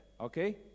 okay